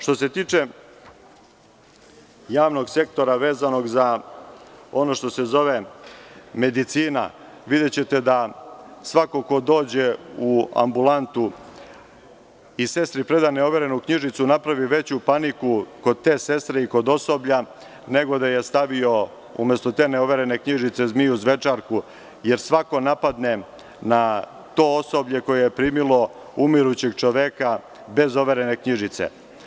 Što se tiče javnog sektora vezano za ono što se zove medicina, videćete da svako ko dođe u ambulantu i sestri preda neoverenu knjižicu, napravi veću paniku kod te sestre i kod osoblja, nego da je umesto te neoverene knjižice stavio zmiju zvečarku, jer svako napadne na to osoblje koje je primilo umirućeg čoveka bez overene knjižice.